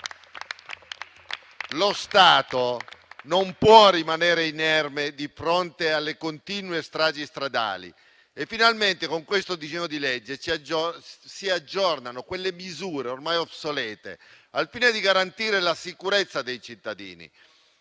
Lo Stato non può rimanere inerme di fronte alle continue stragi stradali, e finalmente con questo disegno di legge si aggiornano delle misure ormai obsolete al fine di garantire la sicurezza dei cittadini.